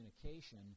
communication